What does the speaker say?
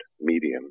medium